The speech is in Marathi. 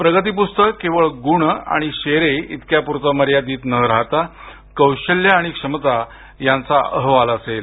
प्रगतीपुस्तक केवळ गुण आणि शेरे इतक्या प्रतं मर्यादित न राहता कौशल्य आणि क्षमता यांचा अहवाल असेल